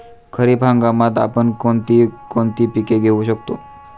खरीप हंगामात आपण कोणती कोणती पीक घेऊ शकतो?